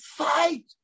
fight